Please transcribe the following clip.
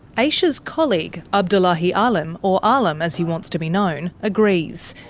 aisha's colleague, abdullahi alim, or alim as he wants to be known, agrees.